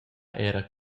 era